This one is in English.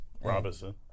Robinson